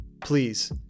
Please